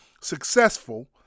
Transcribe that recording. successful